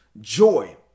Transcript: Joy